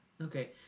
Okay